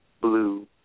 blue